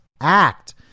act